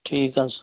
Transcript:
ٹھیٖک حظ